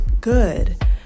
good